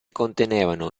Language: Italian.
contenevano